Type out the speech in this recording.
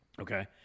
Okay